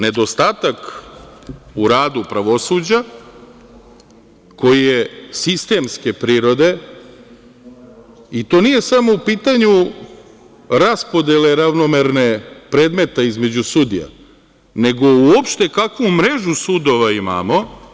Nedostatak u radu pravosuđa, koji je sistemske prirode, i to nije samo u pitanju ravnomerne raspodele predmeta između sudija, nego uopšte kakvu mrežu sudova imamo.